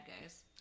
guys